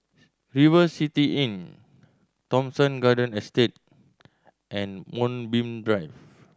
River City Inn Thomson Garden Estate and Moonbeam Drive